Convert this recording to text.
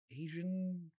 Asian